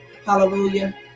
Hallelujah